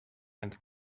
and